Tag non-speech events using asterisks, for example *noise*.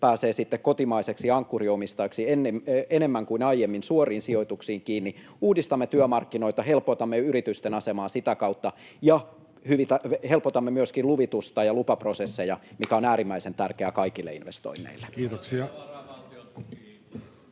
pääsee sitten kotimaiseksi ankkuriomistajaksi ja enemmän kuin aiemmin suoriin sijoituksiin kiinni, uudistamme työmarkkinoita, helpotamme yritysten asemaa sitä kautta ja helpotamme myöskin luvitusta ja lupaprosesseja, *noise* mikä on äärimmäisen tärkeää kaikille investoinneille. [Ben